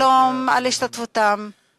על השתתפותם ושלום.)